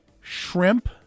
shrimp